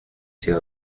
sido